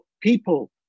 people